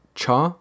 cha